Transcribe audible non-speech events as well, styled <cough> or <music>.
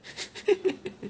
<laughs>